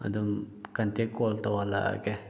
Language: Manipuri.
ꯑꯗꯨꯝ ꯀꯟꯇꯦꯛ ꯀꯣꯜ ꯇꯧꯍꯜꯂꯛꯑꯒꯦ